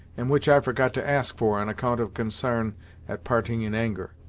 and which i forgot to ask for, on account of consarn at parting in anger.